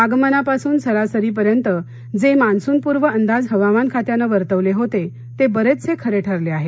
आगमनापासून सरासरीपर्यंत जे मान्सूनपूर्व अंदाज हवामान खात्यानं वर्तवले होते ते बरेचसे खरे ठरले आहेत